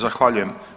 Zahvaljujem.